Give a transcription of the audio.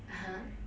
(uh huh)